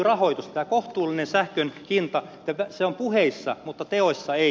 tämä kohtuullinen sähkön hinta se on puheissa mutta teoissa ei